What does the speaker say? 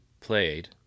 played